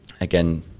again